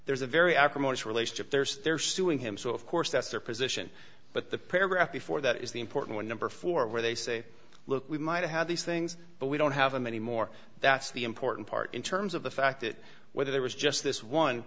there's a very acrimonious relationship there's they're suing him so of course that's their position but the paragraph before that is the important one number four where they say look we might have these things but we don't have them anymore that's the important part in terms of the fact that whether there was just this one